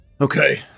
Okay